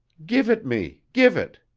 give it me, give it!